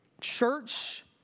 church